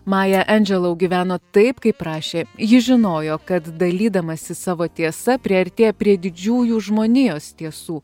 maja endželau gyveno taip kaip rašė ji žinojo kad dalydamasi savo tiesa priartėja prie didžiųjų žmonijos tiesų